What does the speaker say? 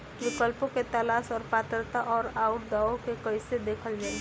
विकल्पों के तलाश और पात्रता और अउरदावों के कइसे देखल जाइ?